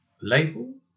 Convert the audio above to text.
label